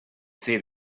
see